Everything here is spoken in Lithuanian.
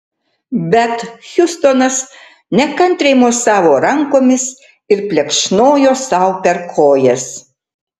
bet hiustonas nekantriai mosavo rankomis ir plekšnojo sau per kojas